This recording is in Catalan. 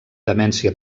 demència